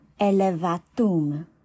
elevatum